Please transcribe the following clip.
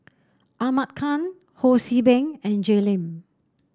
Ahmad Khan Ho See Beng and Jay Lim